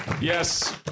yes